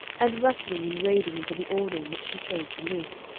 and rustling and raiding into the order in which she chose to live,